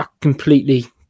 completely